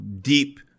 deep